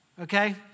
Okay